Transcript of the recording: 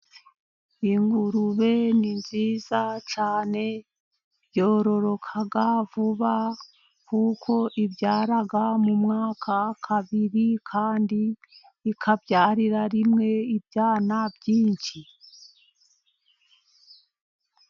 Ingurube ni nziza cyane, yororoka vuba, kuko ibyara mu mwaka kabiri, kandi ikabyarira rimwe, ibyana byinshi.